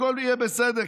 הכול יהיה בסדר,